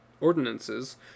ordinances